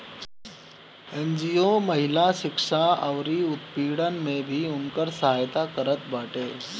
NGO महिला शिक्षा अउरी उत्पीड़न में भी उनकर सहायता करत बाटे